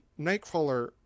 Nightcrawler